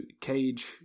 Cage